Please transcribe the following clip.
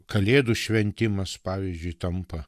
kalėdų šventimas pavyzdžiui tampa